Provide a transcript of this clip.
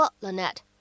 Lynette